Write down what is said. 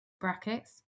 brackets